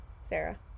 Sarah